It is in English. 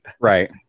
right